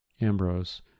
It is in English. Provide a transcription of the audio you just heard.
Ambrose